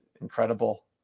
incredible